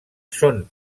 són